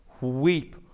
weep